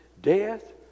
death